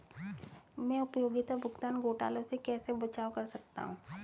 मैं उपयोगिता भुगतान घोटालों से कैसे बचाव कर सकता हूँ?